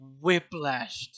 whiplashed